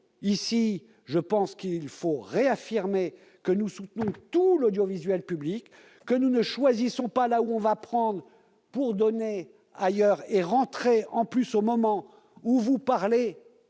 ! Je pense qu'il faut réaffirmer ici que nous soutenons tout l'audiovisuel public. Nous ne choisissons pas là où on va prendre pour donner ailleurs au moment où vous parlez-